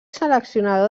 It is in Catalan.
seleccionador